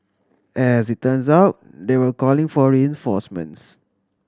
as it turns out they were calling for reinforcements